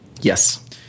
yes